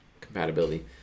compatibility